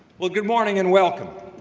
well, good morning and welcome.